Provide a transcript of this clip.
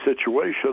situation